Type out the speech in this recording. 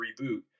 reboot